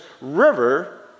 river